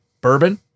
bourbon